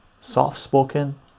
soft-spoken